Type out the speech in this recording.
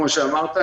כפי שאמרת,